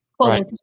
right